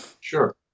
Sure